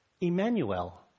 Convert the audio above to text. Emmanuel